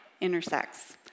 intersects